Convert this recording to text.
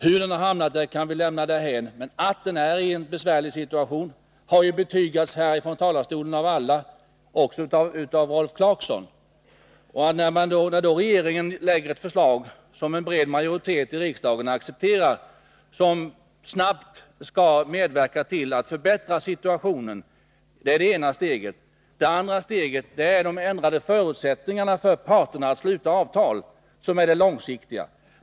Hur näringen har hamnat där kan vi lämna därhän, men att näringen är ien besvärlig situation har betygats här från talarstolen av alla, också av Rolf Clarkson. Att regeringen lägger fram ett förslag, som en bred majoritet i riksdagen accepterar och som snabbt skall medverka till att förbättra situationen är det ena steget. Det andra steget är de ändrade förutsättningarna för parterna att sluta avtal, och det är det långsiktiga.